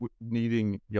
needing